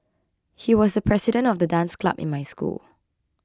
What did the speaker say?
he was the president of the dance club in my school